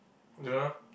don't know